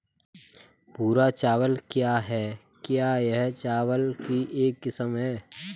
भूरा चावल क्या है? क्या यह चावल की एक किस्म है?